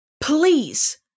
Please